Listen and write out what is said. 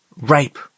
rape